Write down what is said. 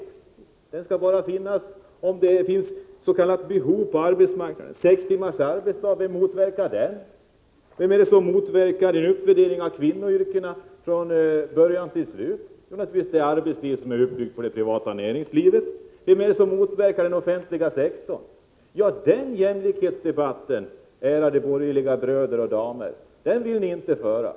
Barnomsorg skall bara finnas om det finns s.k. behov på arbetsmarknaden. Vem är det som motarbetar sex timmars arbetsdag? Vem är det som motsätter sig en uppvärdering av kvinnoyrkena från början till slut? Naturligtvis det arbetsliv som är uppbyggt på det privata näringslivet. Vem är det som motverkar den offentliga sektorn? Den jämställdhetsdebatten, ärade borgerliga herrar och damer, vill ni inte föra.